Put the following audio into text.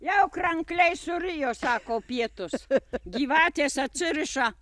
jau krankliai surijo sako pietus gyvatės atsiriša